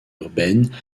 urbaine